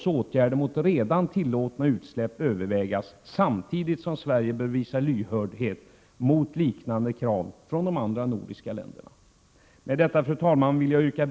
Åtgärder mot redan tillåtna utsläpp bör också övervägas samtidigt som Sverige bör visa lyhördhet mot liknande krav från de andra nordiska länderna.